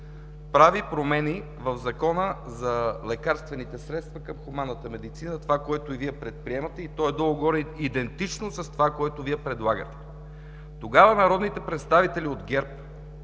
прави промени в Закона за лекарствените средства към хуманната медицина – това, което и Вие предприемате и то е долу-горе идентично с това, което предлагате. Тогава народните представители от ГЕРБ